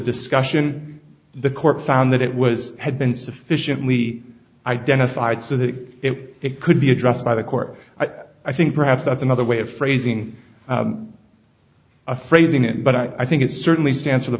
discussion the court found that it was had been sufficiently identified so that it could be addressed by the court i think perhaps that's another way of phrasing a phrasing it but i think it certainly stands for the